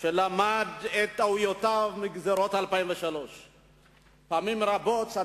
שלמד את טעויותיו מגזירות 2003. פעמים רבות,